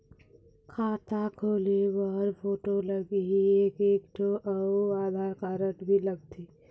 खाता खोले बर फोटो लगही एक एक ठो अउ आधार कारड भी लगथे?